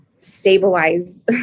stabilize